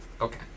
Okay